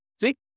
See